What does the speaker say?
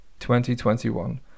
2021